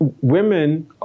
women